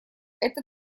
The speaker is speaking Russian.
это